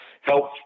help